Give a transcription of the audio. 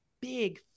big